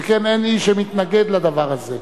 שכן אין מי שמתנגד לדבר הזה.